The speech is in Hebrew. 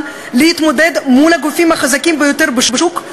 להתמודד מול הגופים החזקים ביותר בשוק.